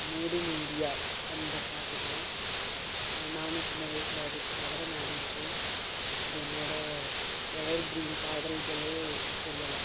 mat in India அந்த பாட்டு தான் நானும் சின்ன வயிசில் அதுக்கு நடனம் ஆடி இருக்கேன் அது என்னோட எவர் க்ரீன் பாடல்களே சொல்லலாம்